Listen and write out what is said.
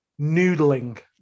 noodling